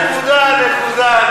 נקודה,